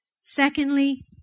Secondly